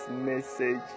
message